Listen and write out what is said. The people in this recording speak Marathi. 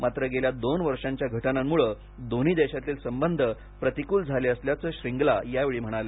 मात्र गेल्या दोन वर्षांच्या घटनांमुळे दोन्ही देशांतील संबंध प्रतिकूल झाले असल्याचं श्रींगला यावेळी म्हणाले